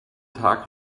tag